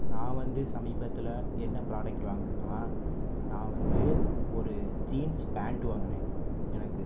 நான் வந்து சமீபத்தில் என்ன ப்ராடேக்ட்டு வாங்குனனா நான் வந்து ஒரு ஜீன்ஸ் பேண்ட்டு வாங்குனேன் எனக்கு